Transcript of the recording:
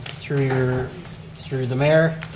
through through the mayor,